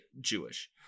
Jewish